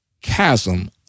chasm